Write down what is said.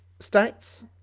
States